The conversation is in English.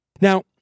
Now